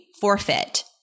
forfeit